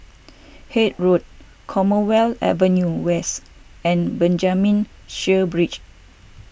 Haig Road Commonwealth Avenue West and Benjamin Sheares Bridge